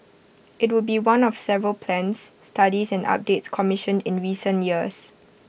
IT would be one of several plans studies and updates commissioned in recent years